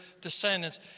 descendants